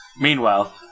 Meanwhile